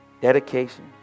Dedication